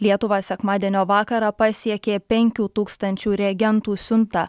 lietuvą sekmadienio vakarą pasiekė penkių tūkstančių reagentų siunta